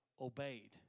obeyed